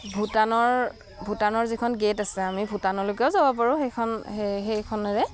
ভূটানৰ ভূটানৰ যিখন গেট আছে আমি ভূটানলৈকেও যাব পাৰোঁ সেইখন সেই সেইখনেৰে